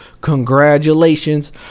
Congratulations